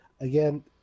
again